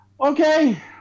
okay